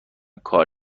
کار